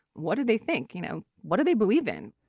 what did they think, you know? what do they believe in?